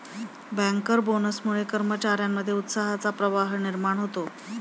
banker बोनसमुळे कर्मचार्यांमध्ये उत्साहाचा प्रवाह निर्माण होतो